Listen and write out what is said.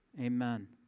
Amen